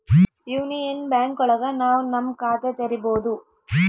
union bank ಒಳಗ ನಾವ್ ನಮ್ ಖಾತೆ ತೆರಿಬೋದು